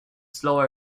slower